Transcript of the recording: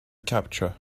capture